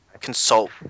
consult